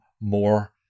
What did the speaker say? more